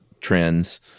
trends